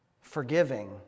forgiving